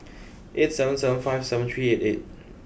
eight seven seven five seven three eight eight